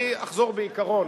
אז אני אחזור, בעיקרון.